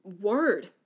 word